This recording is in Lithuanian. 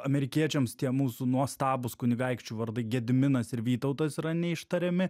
amerikiečiams tie mūsų nuostabūs kunigaikščių vardai gediminas ir vytautas yra neištariami